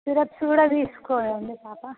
syrups కూడా తీసుకోదండి పాప